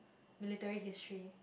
military history